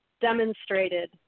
demonstrated